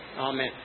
Amen